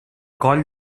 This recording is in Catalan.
coll